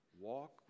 walk